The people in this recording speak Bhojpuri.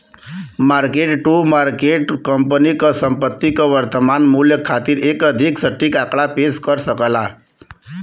मार्क टू मार्केट कंपनी क संपत्ति क वर्तमान मूल्य खातिर एक अधिक सटीक आंकड़ा पेश कर सकला